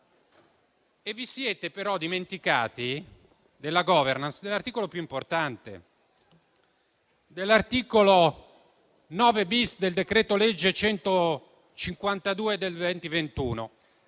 Vi siete però dimenticati della *governance* nell'articolo più importante, il 9-*bis* del decreto-legge n. 152 del 2021,